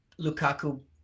Lukaku